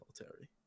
military